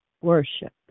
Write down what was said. worship